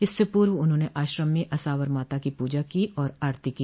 इससे पूर्व उन्होंने आश्रम में असावर माता की पूजा और आरती की